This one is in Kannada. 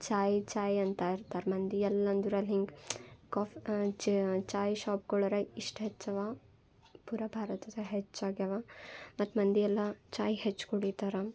ಚಾಯ್ ಚಾಯ್ ಅಂತ ಇರ್ತಾರೆ ಮಂದಿ ಎಲ್ಲಂದ್ರಲ್ಲಿ ಹಿಂಗೆ ಕಾಫ್ ಚಾಯ್ ಶಾಪ್ಗಳರ ಇಷ್ಟು ಹೆಚ್ಚವ ಪೂರಾ ಭಾರತದಾಗ ಹೆಚ್ಚಾಗ್ಯಾವ ಮತ್ತೆ ಮಂದಿ ಎಲ್ಲಾ ಚಾಯ್ ಹೆಚ್ಚು ಕುಡಿತಾರ